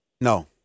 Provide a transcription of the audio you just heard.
No